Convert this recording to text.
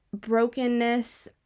brokenness